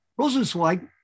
Rosenzweig